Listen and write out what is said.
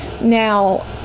Now